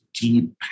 deep